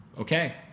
okay